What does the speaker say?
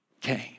came